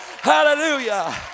Hallelujah